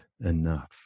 enough